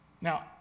Now